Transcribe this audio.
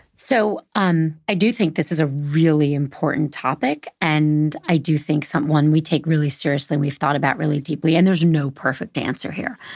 so um i do think this is a really important topic. and i do think so one we take really seriously and we've thought about really deeply. and there's no perfect answer here.